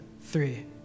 three